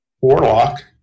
warlock